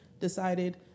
decided